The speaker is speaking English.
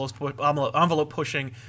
envelope-pushing